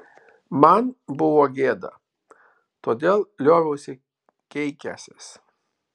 man buvo gėda todėl lioviausi keikęsis